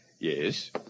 Yes